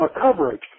coverage